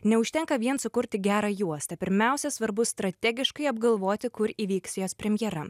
neužtenka vien sukurti gerą juostą pirmiausia svarbu strategiškai apgalvoti kur įvyks jos premjera